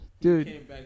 Dude